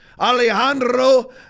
Alejandro